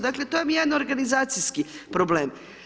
Dakle to vam je jedan organizacijski problem.